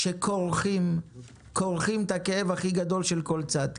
שכורכים את הכאב הכי גדול של כל צד.